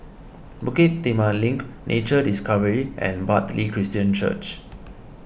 Bukit Timah Link Nature Discovery and Bartley Christian Church